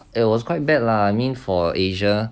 it was quite bad lah I mean for asia